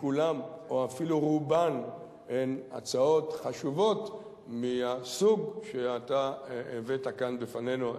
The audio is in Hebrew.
שכולן או אפילו רובן הן הצעות חשובות מהסוג שאתה הבאת כאן בפנינו.